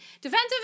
Defensive